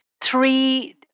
three